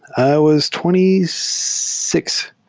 i was twenty six.